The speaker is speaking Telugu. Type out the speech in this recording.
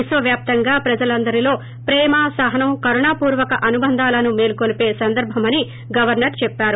విశ్వవ్యాప్తంగా ప్రజలందరిలో ప్రేమ సహనం కరుణపూర్వక అనుబంధాలను మేలుకొలిపే సందర్భమని గవర్పర్ చెప్పారు